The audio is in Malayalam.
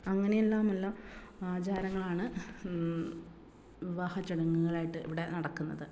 അങ്ങനെ എല്ലാമുള്ള ആചാരങ്ങളാണ് വിവാഹച്ചടങ്ങുകളായിട്ട് ഇവിടെ നടക്കുന്നത്